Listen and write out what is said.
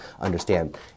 understand